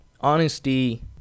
Honesty